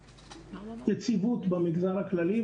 יציבות במגזר הכללי,